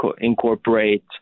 incorporate